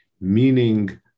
meaning